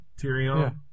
Tyrion